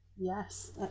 Yes